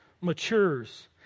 matures